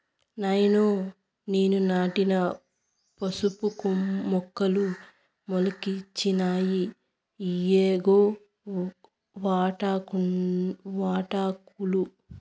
నాయనో నేను నాటిన పసుపు మొక్కలు మొలిచినాయి ఇయ్యిగో వాటాకులు